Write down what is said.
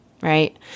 right